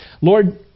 Lord